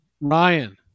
Ryan